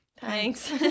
Thanks